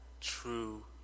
true